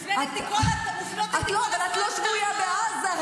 מופנות נגדי כל הזמן טענות --- אבל את לא שבויה בעזה.